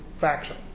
faction